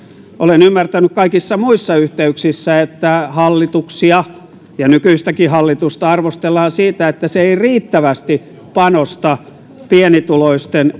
olen ymmärtänyt kaikissa muissa yh teyksissä että hallituksia ja nykyistäkin hallitusta arvostellaan siitä että ei riittävästi panosteta pienituloisten